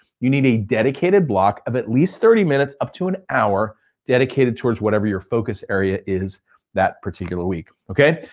you need a dedicated block of at least thirty minutes up to an hour dedicated towards whatever your focus area is that particular week. okay,